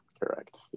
correct